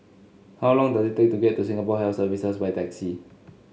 how long does it take to get to Singapore Health Services by taxi